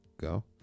Go